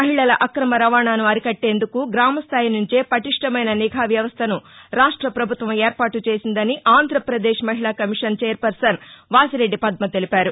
మహిళల అక్రమ రవాణాసు అరికట్టేందుకు గ్రామ స్టాయి నుంచే పటిష్టమైన నిఘా వ్యవస్టను రాష్ట ప్రభుత్వం ఏర్పాటు చేసిందని ఆంధ్రాపదేశ్ మహిళా కమిషన్ ఛైర్పర్సన్ వాసిరెడ్డి పద్మ తెలిపారు